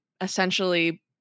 essentially